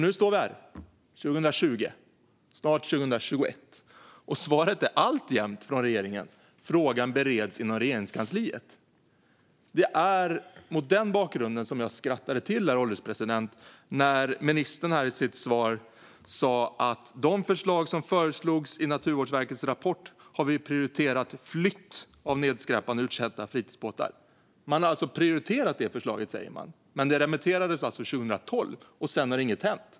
Nu står vi här år 2020, snart 2021, och regeringens svar är alltjämt att frågan bereds i Regeringskansliet. Det var mot den bakgrunden som jag skrattade till när ministern i sitt svar sa: "Bland förslagen i Naturvårdsverkets rapport har vi prioriterat flytt av nedskräpande och uttjänta fritidsbåtar." Man säger alltså att man har prioriterat detta, men det remitterades ju 2012, och sedan dess har inget hänt.